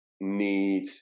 need